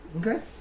Okay